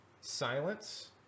silence